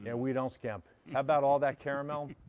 yeah we don't skim, how about all that caramel.